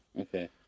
Okay